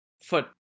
foot